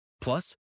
Plus